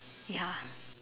ya